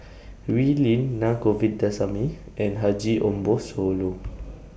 Wee Lin Na Govindasamy and Haji Ambo Sooloh